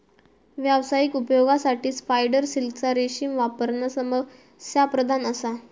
व्यावसायिक उपयोगासाठी स्पायडर सिल्कचा रेशीम वापरणा समस्याप्रधान असा